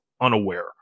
unaware